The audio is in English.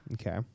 Okay